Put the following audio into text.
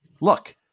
Look